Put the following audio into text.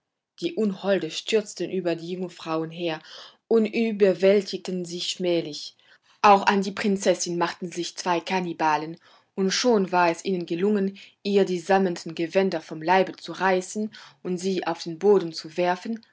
die unholde stürzten über die jungfrauen her und überwältigten sie schmählich auch an die prinzessin machten sich zwei kannibalen und schon war es ihnen gelungen ihr die sammetnen gewänder vom leibe zu reißen und sie auf den boden zu werfen